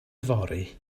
yfory